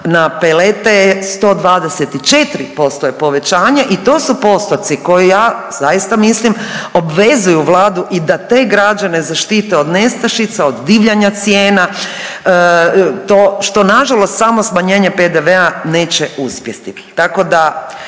na pelete 124% je povećanje i to su postotci koje ja zaista mislim, obvezuju Vladu i da te građane zaštite od nestašica, od divljanja cijena, to, što nažalost samo smanjenje PDV-a neće uspjeti,